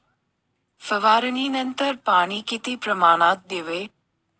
फवारणीनंतर पाणी किती प्रमाणात द्यावे?